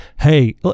hey